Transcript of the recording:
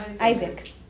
Isaac